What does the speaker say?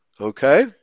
Okay